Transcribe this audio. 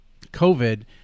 COVID